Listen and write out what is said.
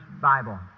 Bible